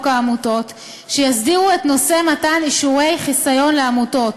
העמותות שיסדירו את נושא מתן אישורי חיסיון לעמותות.